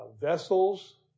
vessels